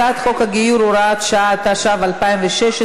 הצעת חוק הגיור (הוראת שעה), התשע"ו 2016,